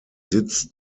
sitz